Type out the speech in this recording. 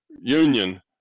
union